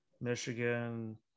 Michigan